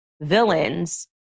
villains